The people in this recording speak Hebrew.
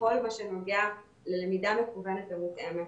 בכל מה שנוגע ללמידה מקוונת ומותאמת.